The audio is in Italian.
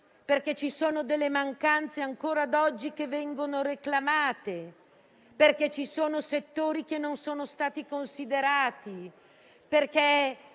stato? Ci sono delle mancanze ancora oggi che vengono reclamate; ci sono settori che non sono stati considerati. Perché